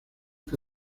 que